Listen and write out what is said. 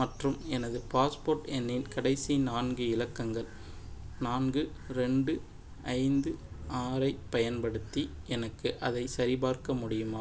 மற்றும் எனது பாஸ்போர்ட் எண்ணின் கடைசி நான்கு இலக்கங்கள் நான்கு ரெண்டு ஐந்து ஆறை பயன்படுத்தி எனக்கு அதை சரிபார்க்க முடியுமா